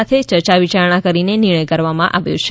સાથે ચર્ચાવિયારણા કરીને નિર્ણય કરવામાં આવ્યો છે